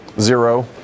Zero